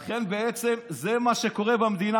לכן בעצם זה מה שקורה במדינה.